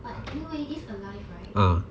but anyway this alive right